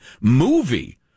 movie